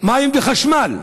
מים וחשמל.